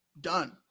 Done